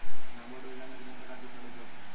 नाबार्ड योजना में कितने प्रकार के ऋण उपलब्ध हैं?